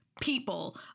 people